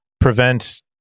prevent